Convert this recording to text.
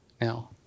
Now